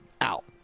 out